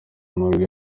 amajwi